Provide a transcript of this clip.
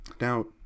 Now